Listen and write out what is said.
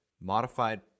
modified